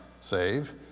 save